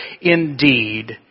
indeed